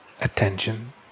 attention